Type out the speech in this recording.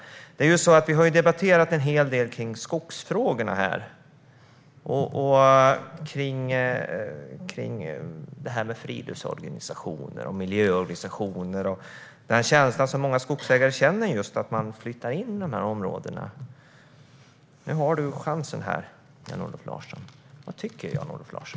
Vi har debatterat skogsfrågorna en hel del här. Det handlar om det här med friluftsorganisationer och miljöorganisationer och känslan som många skogsägare har att man flyttar in i de här områdena. Nu har du chansen, Jan-Olof Larsson. Vad tycker du egentligen?